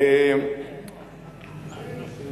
אני לא מדבר אתו.